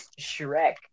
Shrek